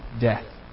death